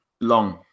Long